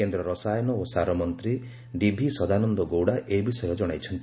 କେନ୍ଦ୍ର ରସାୟନ ଓ ସାର ମନ୍ତ୍ରୀ ଡିଭି ସଦାନନ୍ଦ ଗୌଡ଼ା ଏ ବିଷୟ ଜଣାଇଛନ୍ତି